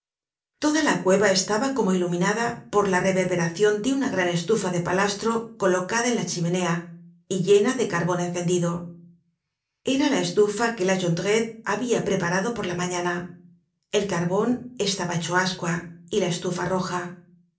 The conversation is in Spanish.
toda la cueva estaba como iluminada por la reverberacion de una gran estufa de palastro colocada en la chimenea y llena de carbon encendido era la estufa que la jondrette habia preparado por la mañana el carbon estaba hecho ascua y la estufa roja